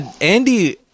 Andy